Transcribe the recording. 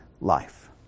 life